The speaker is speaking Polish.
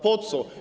Po co?